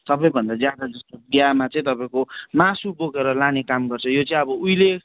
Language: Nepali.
सबलेभन्दा ज्यादा जस्तो बिहामा चाहिँ तपाईँको मासु बोकेर लाने काम गर्छ यो चाहिँ अब उहिले